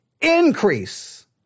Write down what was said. increase